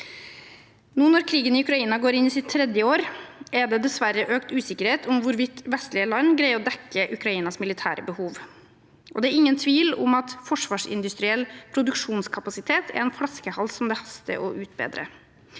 Nå når krigen i Ukraina går inn i sitt tredje år, er det dessverre økt usikkerhet om hvorvidt vestlige land greier å dekke Ukrainas militære behov. Det er ingen tvil om at forsvarsindustriell produksjonskapasitet er en flaskehals det haster å utbedre.